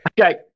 Okay